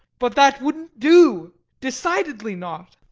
but that wouldn't do decidedly not.